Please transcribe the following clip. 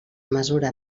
mesura